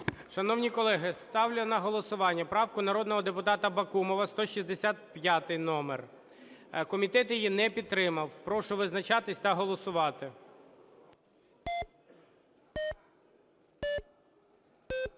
Шановні колеги, ставлю на голосування правку народного депутата Бакумова, 165 номер. Комітет її не підтримав. Прошу визначатись та голосувати.